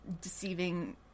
deceiving